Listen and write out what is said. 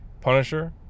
Punisher